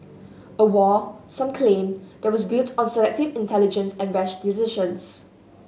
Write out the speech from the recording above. a war some claim that was built on selective intelligence and rash decisions